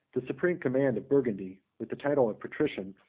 the supreme command of burgundy, with the title of patrician,